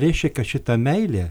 reiškia kad šita meilė